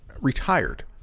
retired